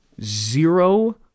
zero